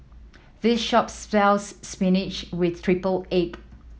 this shop sells spinach with triple egg